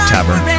Tavern